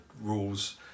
rules